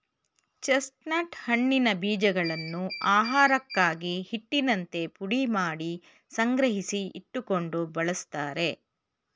chestnut ಹಣ್ಣಿನ ಬೀಜಗಳನ್ನು ಆಹಾರಕ್ಕಾಗಿ, ಹಿಟ್ಟಿನಂತೆ ಪುಡಿಮಾಡಿ ಸಂಗ್ರಹಿಸಿ ಇಟ್ಟುಕೊಂಡು ಬಳ್ಸತ್ತರೆ